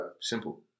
Simple